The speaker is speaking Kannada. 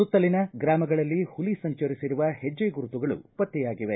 ಸುತ್ತಲಿನ ಗ್ರಾಮಗಳಲ್ಲಿ ಹುಲಿ ಸಂಚರಿಸಿರುವ ಹೆಜ್ಜೆ ಗುರುತುಗಳೂ ಪತ್ತೆಯಾಗಿವೆ